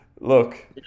look